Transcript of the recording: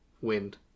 wind